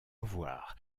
avoir